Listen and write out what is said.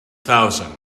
thousand